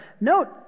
Note